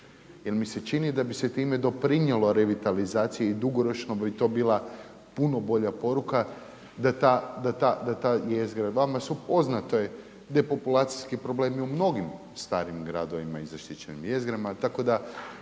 Jer mi se čini da bi se tome doprinijelo revitalizaciji i dugoročno bi to bila puno bolja poruka da ta jezgra. Vama su poznati depopulacijski problemi u mnogim starim gradovima i zaštićenim jezgrama, tako da